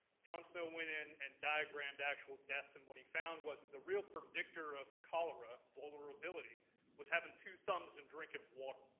john snow went in and diagrammed actual deaths and what he found was that the real predictor of cholera vulnerability was having two thumbs and drinking water.